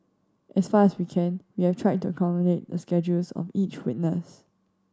as far as we can we have tried to accommodate the schedules of each witness